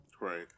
Right